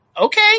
okay